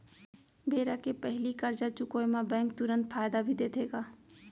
बेरा के पहिली करजा चुकोय म बैंक तुरंत फायदा भी देथे का?